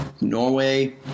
Norway